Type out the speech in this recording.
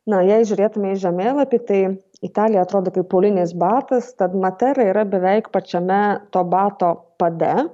na jei žiūrėtume į žemėlapį tai italija atrodo kaip aulinis batas tad matera yra beveik pačiame to bato pade